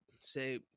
say